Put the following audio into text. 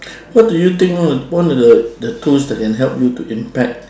what do you think one one of the the tools that can help you to impact